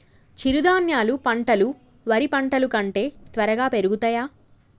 చిరుధాన్యాలు పంటలు వరి పంటలు కంటే త్వరగా పెరుగుతయా?